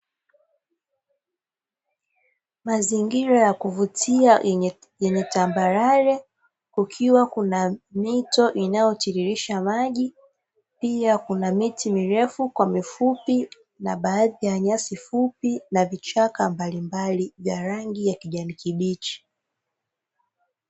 Mazingira ya kuvutia yenye tambarare kukiwa kuna mito inayotiririsha maji, pia kuna miti mirefu kwa mifupi na baadhi ya nyasi fupi na vichaka mbalimbali vya rangi ya kijani kibichi.